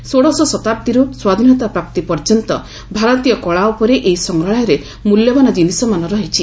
ଷୋଡ଼ଶ ଶତାବ୍ଦୀରୁ ସ୍ୱାଧୀନତା ପ୍ରାପ୍ତି ପର୍ଯ୍ୟନ୍ତ ଭାରତୀୟ କଳା ଉପରେ ଏହି ସଂଗ୍ରହାଳୟରେ ମୂଲ୍ୟବାନ ଜିନିଷମାନ ରହିଛି